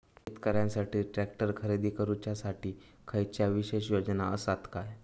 शेतकऱ्यांकसाठी ट्रॅक्टर खरेदी करुच्या साठी खयच्या विशेष योजना असात काय?